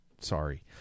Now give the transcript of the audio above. sorry